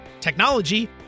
technology